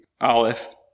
Aleph